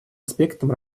аспектом